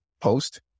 post